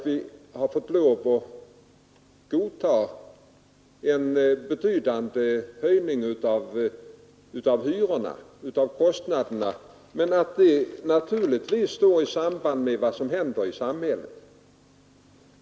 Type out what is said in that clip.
Vi har fått lov att godta en viss höjning av kostnaderna, dessa har naturligtvis samband med vad som händer i samhället.